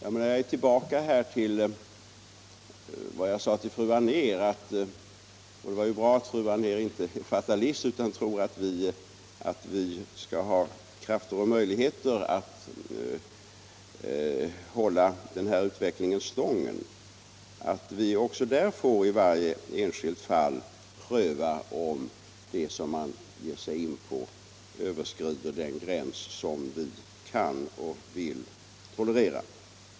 Här är jag tillbaka till vad jag sade till fru Anér — det är ju bra att fru Anér inte är fatalist utan tror att vi skall ha krafter och möjligheter att hålla den här utvecklingen stången — nämligen att vi också här i varje enskilt fall får pröva om det som man ger sig in på överskrider gränsen för vad vi kan och vill tolerera.